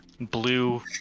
blue